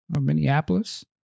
Minneapolis